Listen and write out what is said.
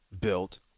built